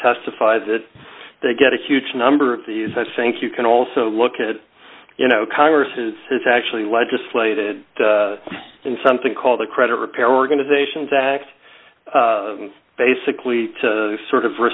testify that they get a huge number of these i think you can also look at you know congress is actually legislated in something called the credit repair organizations act basically to sort of